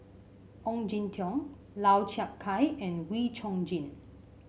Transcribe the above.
Ong Jin Teong Lau Chiap Khai and Wee Chong Jin